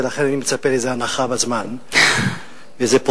ולכן אני מצפה לאיזו הנחה בזמן,